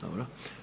Dobro.